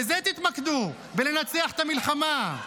בזה תתמקדו, בלנצח את המלחמה.